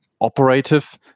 operative